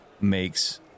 makes